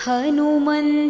Hanuman